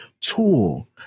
tool